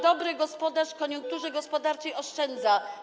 Dobry gospodarz w koniunkturze gospodarczej oszczędza.